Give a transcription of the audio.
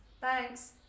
thanks